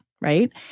Right